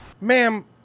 Ma'am